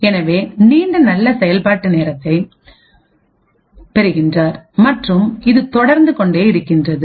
எனவே நீண்ட நல்ல செயல்பாட்டு நேரத்தை பெறுகின்றார் மற்றும் இதுதொடர்ந்து கொண்டே இருக்கின்றது